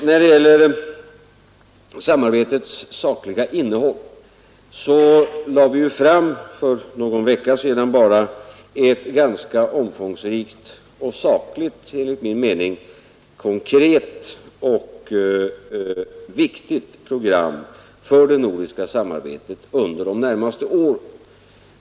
När det gäller samarbetets sakliga innehåll lade vi ju för bara någon vecka sedan fram ett ganska omfångsrikt och enligt min mening sakligt, konkret och viktigt program för det nordiska samarbetet under de närmaste åren.